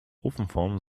ofenform